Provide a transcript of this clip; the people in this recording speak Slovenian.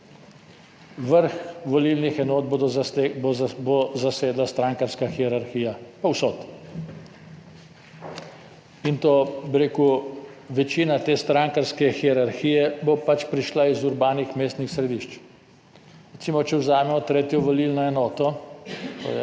Vrh volilnih enot bo zasedla strankarska hierarhija povsod, in to bi rekel, večina te strankarske hierarhije bo prišla iz urbanih mestnih središč, recimo, če vzamemo tretjo volilno enoto,